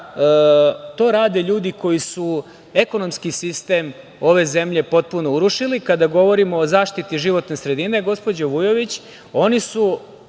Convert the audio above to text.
to rade ljudi koji su ekonomski sistem ove zemlje potpuno urušili, kada govorimo o zaštiti životne sredine, gospođo Vujović. Oni su,